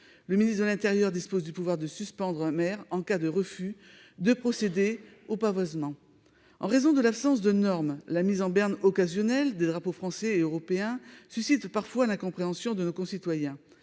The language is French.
Le ministre de l'intérieur dispose du pouvoir de suspendre un maire en cas de refus de procéder au pavoisement. En raison de l'absence de normes, la mise en berne occasionnelle des drapeaux français et européen suscite parfois l'incompréhension de nos concitoyens.